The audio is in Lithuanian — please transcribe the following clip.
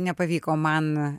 nepavyko man